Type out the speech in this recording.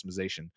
customization